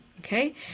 Okay